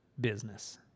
business